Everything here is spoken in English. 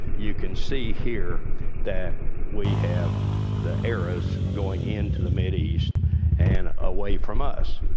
you can see here that we have the arrows going into the mid-east and away from us.